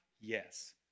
Yes